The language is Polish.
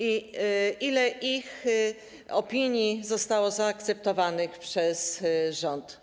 Ile ich opinii zostało zaakceptowanych przez rząd?